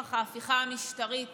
לנוכח ההפיכה המשטרית